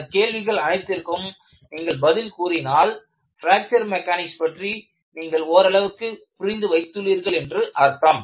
இந்தக் கேள்விகள் அனைத்திற்கும் நீங்கள் பதில் கூறினால் நீங்கள் பிராக்சர் மெக்கானிக்ஸ் பற்றி ஓரளவிற்குத் தெரிந்து புரிந்து வைத்துள்ளீர்கள் என்று அர்த்தம்